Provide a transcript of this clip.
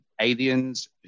aliens